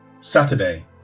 saturday